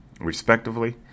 respectively